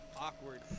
Awkward